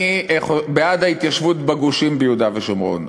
אני בעד ההתיישבות בגושים ביהודה ושומרון,